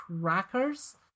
crackers